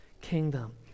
kingdom